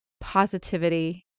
positivity